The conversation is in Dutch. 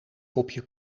kopje